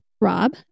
Rob